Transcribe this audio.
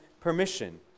permission